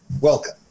Welcome